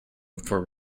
before